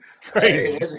Crazy